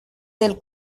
del